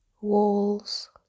walls